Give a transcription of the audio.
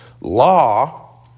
Law